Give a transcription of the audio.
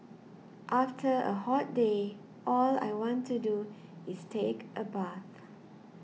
after a hot day all I want to do is take a bath